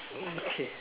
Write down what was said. mm okay